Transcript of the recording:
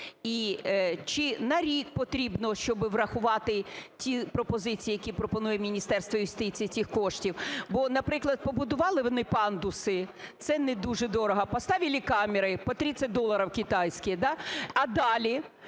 чи на рік потрібно, щоби врахувати ті пропозиції, які пропонує Міністерство юстиції, цих коштів? Бо, наприклад, побудували вони пандуси – це не дуже дорого. Поставили камери по 30 доларів китайські. А далі?